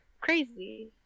crazy